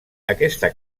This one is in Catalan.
aquesta